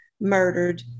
murdered